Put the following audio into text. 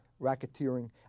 Racketeering